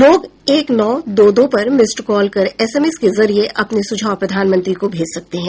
लोग एक नौ दो दो पर मिस कॉल कर एसएमएस के जरिए अपने सुझाव प्रधानमंत्री को भेज सकते हैं